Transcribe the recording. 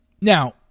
Now